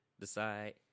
decide